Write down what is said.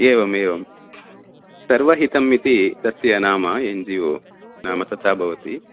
एवम् एवं सर्वहितम् इति तस्य नाम एन् जि ओ नाम तथा भवति